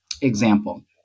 Example